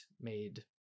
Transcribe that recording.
made